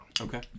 Okay